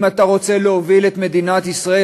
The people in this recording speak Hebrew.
אם אתה רוצה להוביל את מדינת ישראל,